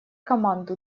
команду